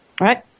right